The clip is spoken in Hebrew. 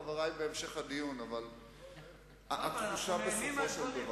חשוב לך נומינלית, אבל מתמטית, זה לא חשוב.